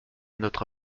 notre